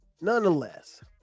Nonetheless